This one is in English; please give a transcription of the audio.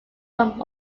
from